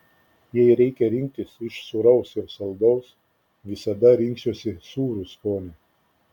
jei reikia rinktis iš sūraus ir saldaus visada rinksiuosi sūrų skonį